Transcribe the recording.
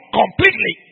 completely